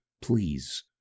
please